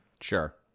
Sure